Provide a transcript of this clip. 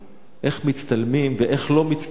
איך מצטלמים ואיך לא מצטלמים.